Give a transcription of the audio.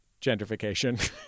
gentrification